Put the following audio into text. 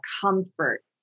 comfort